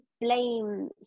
blame